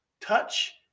touch